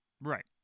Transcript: Right